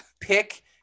pick